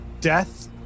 death